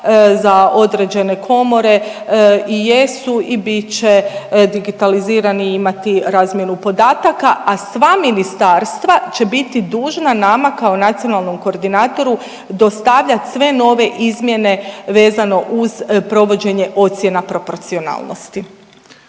za određene komore i jesu i bit će digitalizirani i imati razmjenu podataka, a sva ministarstva će biti dužna nama kao nacionalnom koordinatoru dostavljati sve nove izmjene vezano uz provođenje ocjena proporcionalnosti.